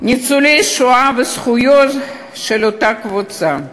ניצולי השואה והזכויות של אותה קבוצה.